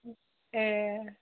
ए